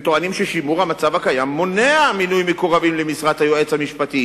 הם טוענים ששימור המצב הקיים מונע מינוי מקורבים למשרת היועץ המשפטי,